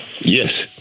Yes